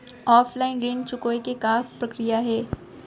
Offline ऋण चुकोय के का प्रक्रिया हे?